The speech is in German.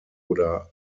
oder